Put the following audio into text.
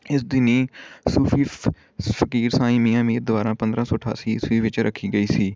ਇਸਦੀ ਨੀਂਹ ਸੂਫ਼ੀ ਫਕੀਰ ਸਾਈਂ ਮੀਆਂ ਮੀਰ ਦੁਬਾਰਾ ਪੰਦਰਾਂ ਸੌ ਅਠਾਸੀ ਈਸਵੀ ਵਿੱਚ ਰੱਖੀ ਗਈ ਸੀ